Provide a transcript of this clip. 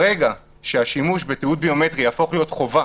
ברגע שהשימוש בתיעוד ביומטרי יהפוך להיות חובה,